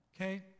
Okay